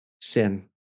sin